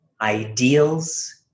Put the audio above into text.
ideals